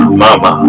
mama